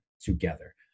together